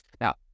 Now